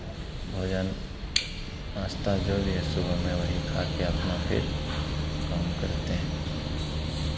भोजन नाश्ता जो भी है सुबह में वही खाके अपना फिर काम करते हैं